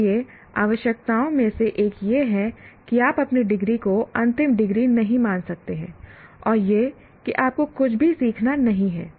इसलिए आवश्यकताओं में से एक यह है कि आप अपनी डिग्री को अंतिम डिग्री नहीं मान सकते हैं और यह की आपको कुछ भी सीखना नहीं है